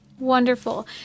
Wonderful